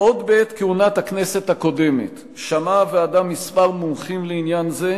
עוד בעת כהונת הכנסת הקודמת שמעה הוועדה כמה מומחים לעניין זה,